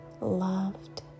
loved